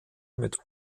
mit